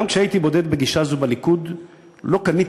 גם כשהייתי בודד בגישה זו בליכוד לא קניתי